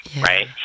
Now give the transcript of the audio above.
right